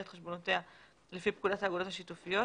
את חשבונותיה לפי פקודת האגודות השיתופיות,